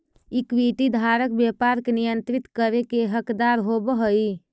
equity धारक व्यापार के नियंत्रित करे के हकदार होवऽ हइ